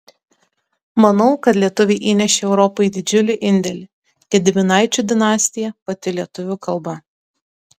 manau kad lietuviai įnešė europai didžiulį indėlį gediminaičių dinastija pati lietuvių kalba